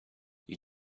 you